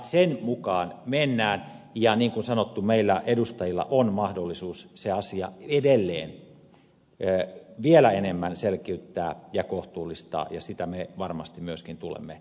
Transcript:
sen mukaan mennään ja niin kuin sanottu meillä edustajilla on mahdollisuus se asia edelleen vielä enemmän selkiyttää ja kohtuullistaa ja sitä me varmasti myöskin tulemme esittämään